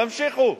תמשיכו.